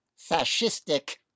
fascistic